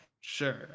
sure